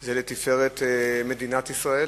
זה לתפארת מדינת ישראל,